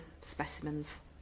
specimens